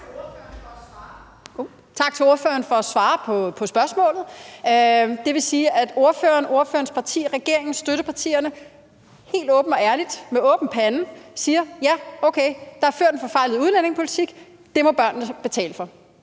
Tak til ordføreren for at svare på spørgsmålet. Det vil sige, at ordføreren, ordførerens parti, regeringen og støttepartierne helt åbent og ærligt og med åben pande siger: Ja, okay, der er ført en forfejlet udlændingepolitik, det må børnene betale for;